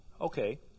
Okay